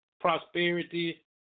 prosperity